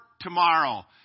tomorrow